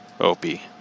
Opie